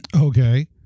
Okay